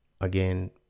again